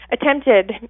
attempted